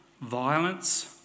violence